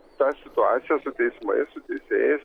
ta situacija su teismais teisėjais